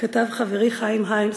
שכתב חברי חיים היימס,